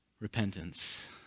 repentance